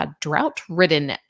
Drought-ridden